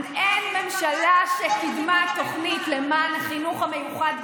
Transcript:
אין ממשלה שקידמה תוכנית למען החינוך המיוחד,